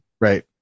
Right